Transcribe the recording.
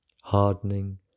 hardening